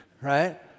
right